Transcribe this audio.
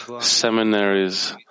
seminaries